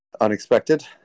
unexpected